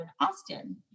Austin